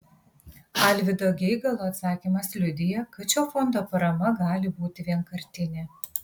alvydo geigalo atsakymas liudija kad šio fondo parama gali būti vienkartinė